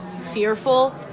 fearful